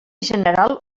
general